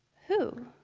who?